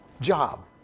job